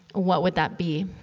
what would that be?